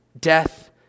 Death